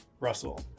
Russell